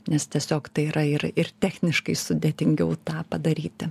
nes tiesiog tai yra ir ir techniškai sudėtingiau tą padaryti